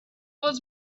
was